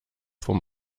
vom